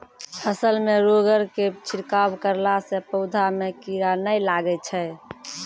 फसल मे रोगऽर के छिड़काव करला से पौधा मे कीड़ा नैय लागै छै?